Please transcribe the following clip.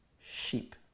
sheep